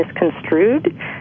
misconstrued